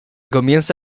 comienza